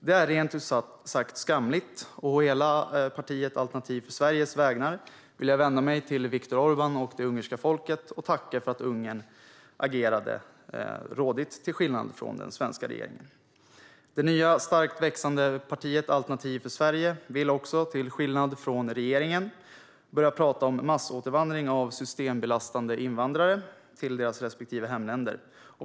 Det är rent ut sagt skamligt, och å hela partiet Alternativ för Sveriges vägnar vill jag vända mig till Viktor Orbán och det ungerska folket och tacka för att Ungern agerade rådigt, till skillnad från den svenska regeringen. Det nya, starkt växande partiet Alternativ för Sverige vill också, till skillnad från regeringen, börja prata om massåtervandring av systembelastande invandrare till deras respektive hemländer.